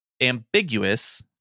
ambiguous